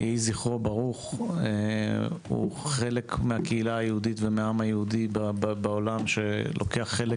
הוא חלק מהקהילה והעם היהודי בעולם שלוקח חלק